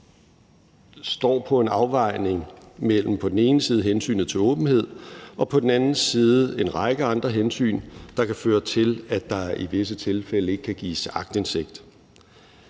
står på en afvejning mellem på den ene side hensynet til åbenhed og på den anden side en række andre hensyn, der kan føre til, at der i visse tilfælde ikke kan gives aktindsigt.